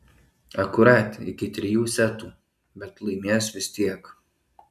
akurat iki trijų setų bet laimės vis tiek